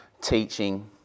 teaching